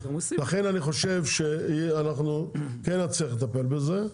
לכן אני חושב שאנחנו כן נצליח לטפל בזה.